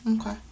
Okay